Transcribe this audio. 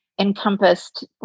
encompassed